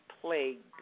Plagued